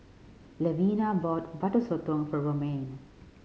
Levina bought Butter Sotong for Romaine